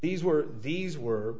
these were these were